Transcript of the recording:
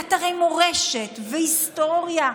לאתרי מורשת והיסטוריה,